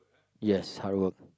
yes hard work